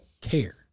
care